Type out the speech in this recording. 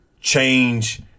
Change